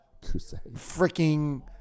freaking